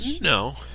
No